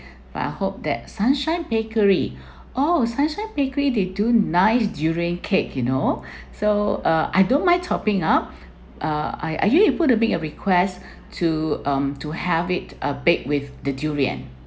but I hope that sunshine bakery oh sunshine bakery they do nice durian cake you know so uh I don't mind topping up uh are are you able to make a request to um to have it a big with the durian